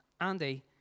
Andy